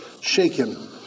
shaken